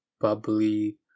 bubbly